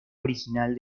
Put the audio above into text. original